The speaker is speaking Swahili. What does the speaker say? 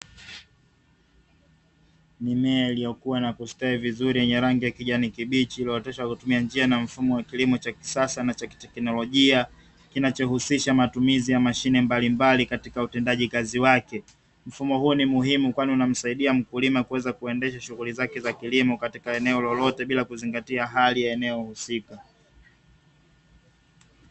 Mimea iliyokua na kustawi vizuri yenye rangi ya kijani kibichi, iliyooteshwa kwa kutumia njia na mfumo wa kilimo cha kisasa na cha kiteknolojia; kinachohusisha matumizi ya mashine mbalimbali katika utendaji kazi wake. Mfumo huo ni muhimu kwani unamsaidia mkulima kuweza kuendesha shughuli zake za kilimo katika eneo lolote bila kuzingatia hali ya eneo husika.